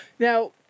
Now